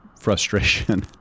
frustration